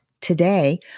Today